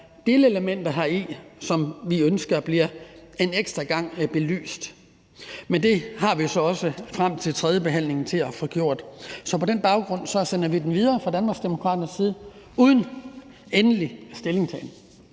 delelementer heri, som vi ønsker belyst en ekstra gang. Men det har vi jo så også frem til tredjebehandlingen til at få gjort. Så på den baggrund sender vi den videre fra Danmarksdemokraternes side uden endelig stillingtagen.